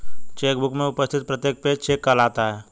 check book में उपस्थित प्रत्येक पेज चेक कहलाता है